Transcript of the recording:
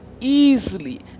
easily